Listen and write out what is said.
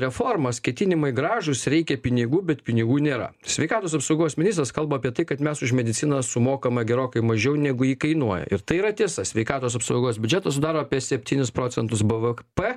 reformas ketinimai gražūs reikia pinigų bet pinigų nėra sveikatos apsaugos ministras kalba apie tai kad mes už mediciną sumokame gerokai mažiau negu ji kainuoja ir tai yra tiesa sveikatos apsaugos biudžetas sudaro apie septynis procentus bvp